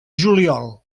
juliol